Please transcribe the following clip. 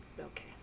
Okay